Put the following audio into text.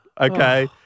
Okay